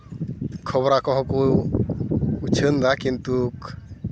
ᱠᱷᱚᱵᱽᱨᱟ ᱠᱚᱦᱚᱸ ᱠᱚ ᱩᱪᱷᱟᱹᱱᱮᱫᱟ ᱠᱤᱱᱛᱩ